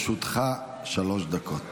לרשותך שלוש דקות.